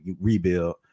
rebuild